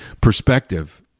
perspective